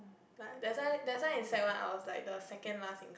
like that's why that's why in sec one I was like the second last